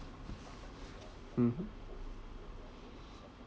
mmhmm